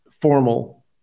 formal